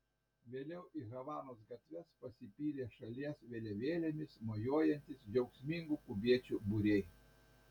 vėliau į havanos gatves pasipylė šalies vėliavėlėmis mojuojantys džiaugsmingų kubiečių būriai